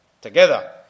together